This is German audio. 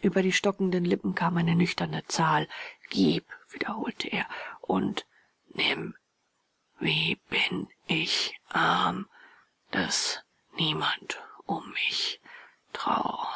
über die stockenden lippen kam eine nüchterne zahl gib wiederholte er und nimm wie bin ich arm daß niemand um mich trau